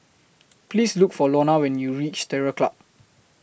Please Look For Lonna when YOU REACH Terror Club